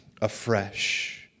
afresh